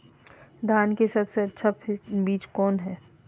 धान की सबसे अच्छा बीज कौन है?